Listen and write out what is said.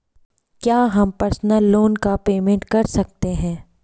क्या हम personal loan का प्रीपेमेंट कर सकते हैं?